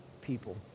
people